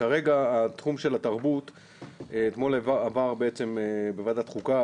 כרגע התחום של התרבות אתמול עבר בוועדת חוקה,